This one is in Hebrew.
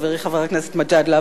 חברי חבר הכנסת מג'אדלה,